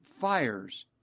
fires